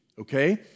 okay